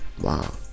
Wow